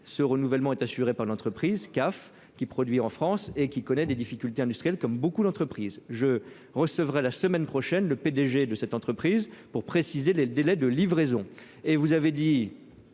ce renouvellement est assuré par l'entreprise CAF qui produit en France et qui connaît des difficultés industrielles comme beaucoup d'entreprise je recevrai la semaine prochaine, le PDG de cette entreprise pour préciser les délais de livraison,